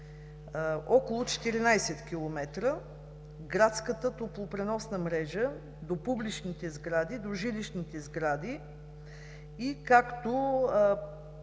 около 14 км; градската топлопреносна мрежа до публичните, до жилищните сгради; както